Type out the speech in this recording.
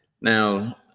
Now